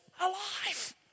alive